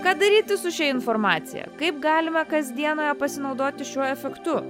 ką daryti su šia informacija kaip galima kasdienoje pasinaudoti šiuo efektu